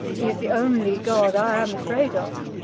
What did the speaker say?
he is the only god i am afraid of.